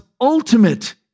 ultimate